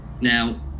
Now